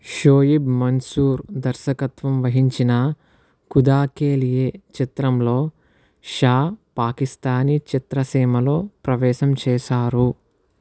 షోయబ్ మన్సూర్ దర్శకత్వం వహించిన ఖుదాకేలియే చిత్రంతో షా పాకిస్తానీ చిత్రసీమలో ప్రవేశం చేశారు